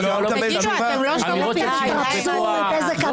-- וזה מה שאתה עושה בעוצמה,